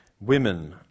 women